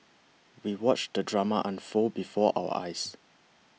we watched the drama unfold before our eyes